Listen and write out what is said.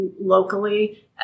locally